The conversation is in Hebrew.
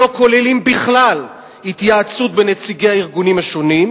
שלא נכללת בהם בכלל התייעצות בין נציגי הארגונים השונים,